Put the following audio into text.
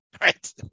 right